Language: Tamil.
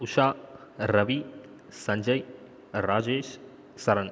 உஷா ரவி சஞ்சய் ராஜேஷ் சரண்